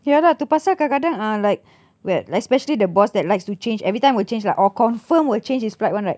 ya lah tu pasal kadang-kadang ah like what like especially the boss that likes to change every time will change lah or confirm will change his flight [one] right